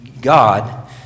God